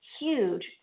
huge